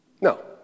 No